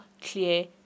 clear